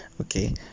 Okay